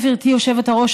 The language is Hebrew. גברתי היושבת-ראש,